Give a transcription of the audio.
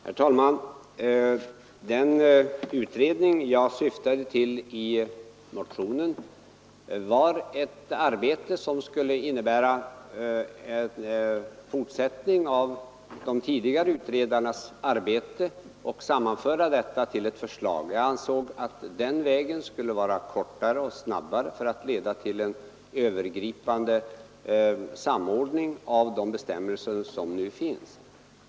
Herr talman! Den utredning jag syftade till i motionen skulle innebära en fortsättning av de tidigare utredarnas arbete och sammanföra detta till ett förslag. Jag ansåg att den vägen skulle vara kortare och att den snabbare skulle leda till en övergripande samordning av de bestämmelser som nu finns.